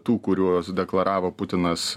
tų kuriuos deklaravo putinas